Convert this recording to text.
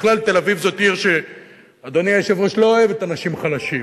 בכלל, תל-אביב היא עיר שלא אוהבת אנשים חלשים.